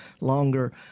longer